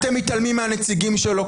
אתם מתעלמים מהנציגים שלו,